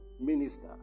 minister